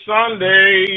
Sunday